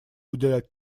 уделять